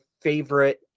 favorite